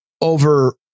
over